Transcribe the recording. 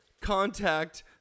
contact